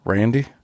Randy